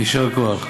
יישר כוח.